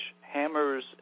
hammers